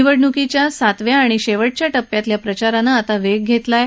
निवडणुकीच्या सातव्या आणि शेवटच्या टप्प्यातल्या प्रचारानं आता वेग घेतला आहे